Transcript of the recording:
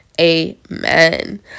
Amen